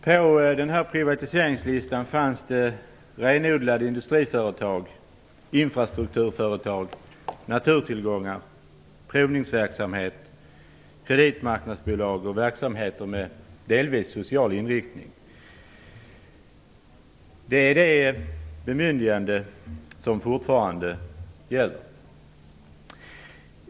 På privatiseringslistan fanns renodlade industriföretag och infrastrukturföretag, företag som arbetar med naturtillgångar och provningsverksamhet liksom även kreditmarknadsbolag och företagsverksamheter med delvis social inriktning. Detta bemyndigande gäller fortfarande.